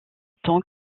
tant